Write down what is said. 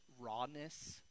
rawness